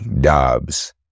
Dobbs